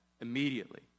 immediately